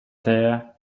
there